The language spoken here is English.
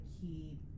keep